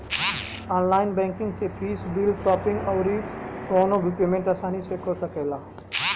online banking से fees, bill, shopping अउरी कवनो भी पेमेंट आसानी से कअ सकेला